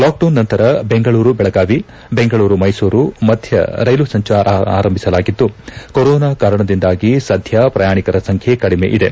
lockdown ನಂತರ ಬೆಂಗಳೂರು ಬೆಳಗಾವಿ ಬೆಂಗಳೂರು ಮೈಸೂರು ಮಧ್ಯ ರೈಲು ಸಂಚಾರ ಆರಂಭಿಸಲಾಗಿದ್ದು ಕೊರೊನಾ ಕಾರಣದಿಂದಾಗಿ ಸಧ್ಯ ಪ್ರಯಾಣಿಕರ ಸಂಖ್ಯೆ ಕಡಿಮೆ ಇದೆ